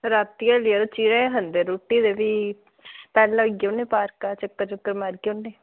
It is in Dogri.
रातीं अल्ली चिरें गै खंदे रुट्टी ते फ्ही चल्ल होई औने आं पार्का चक्कर चुक्कर मारी औने